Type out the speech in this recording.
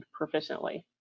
proficiently